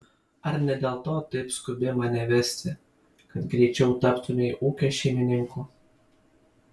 ar ne dėl to taip skubi mane vesti kad greičiau taptumei ūkio šeimininku